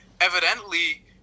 evidently